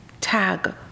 tag